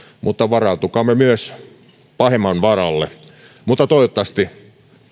mutta varautukaamme myös pahemman varalle toivottavasti